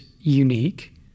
unique